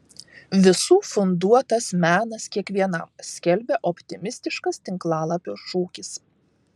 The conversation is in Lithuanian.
visų funduotas menas kiekvienam skelbia optimistiškas tinklalapio šūkis